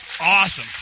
Awesome